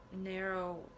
narrow